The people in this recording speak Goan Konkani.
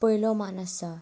पयलो मान आसता